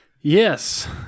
Yes